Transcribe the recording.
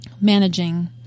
managing